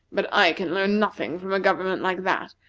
but i can learn nothing from a government like that,